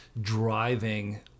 driving